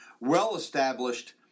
well-established